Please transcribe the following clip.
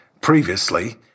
previously